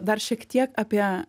dar šiek tiek apie